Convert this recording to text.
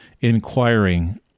inquiring